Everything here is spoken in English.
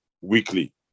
weekly